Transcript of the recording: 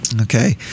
okay